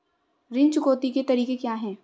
ऋण चुकौती के तरीके क्या हैं?